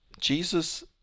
Jesus